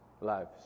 lives